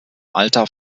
alter